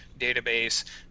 database